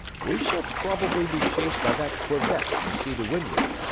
we shall probably be chased by that corvette you see to windward,